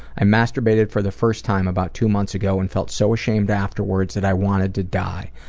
i masturbated for the first time about two months ago and felt so ashamed afterwards that i wanted to die.